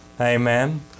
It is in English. Amen